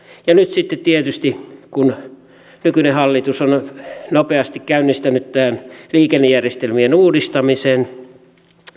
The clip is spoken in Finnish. ja nyt sitten tietysti nykyinen hallitus on on nopeasti käynnistänyt tämän liikennejärjestelmien uudistamisen